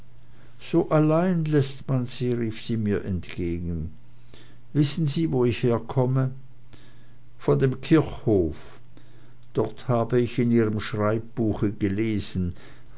so allein läßt man sie rief sie mir entgegen wissen sie wo ich herkomme von dem kirchhof dort habe ich in ihrem schreibbuche gelesen